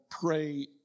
Pray